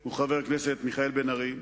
הוא חבר כנסת מיכאל בן-ארי.